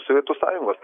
sovietų sąjungos